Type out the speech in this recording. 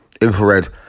infrared